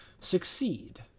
succeed